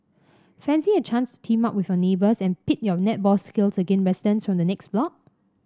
fancy a chance to team up with your neighbours and pit your netball skills against residents from the next block